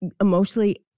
emotionally